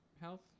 health